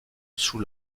sous